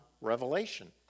revelation